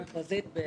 בקצרה.